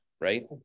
right